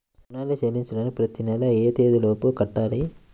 రుణాన్ని చెల్లించడానికి ప్రతి నెల ఏ తేదీ లోపు కట్టాలి?